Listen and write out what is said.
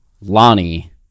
Lonnie